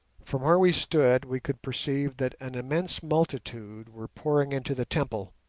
from where we stood we could perceive that an immense multitude were pouring into the temple,